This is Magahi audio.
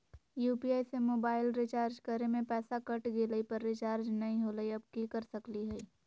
यू.पी.आई से मोबाईल रिचार्ज करे में पैसा कट गेलई, पर रिचार्ज नई होलई, अब की कर सकली हई?